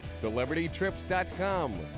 CelebrityTrips.com